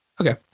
Okay